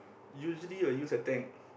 usually will use a tank